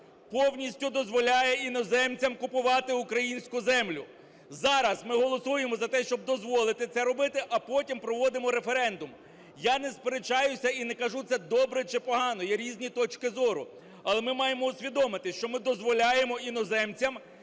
повністю дозволяє іноземцям купувати українську землю. Зараз ми голосуємо за те, щоб дозволити це робити, а потім проводимо референдум. Я не сперечаюся і не кажу, це добре це чи погано, є різні точки зору. Але ми маємо усвідомити, що ми дозволяємо іноземцям